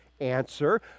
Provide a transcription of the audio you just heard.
answer